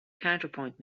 counterpoint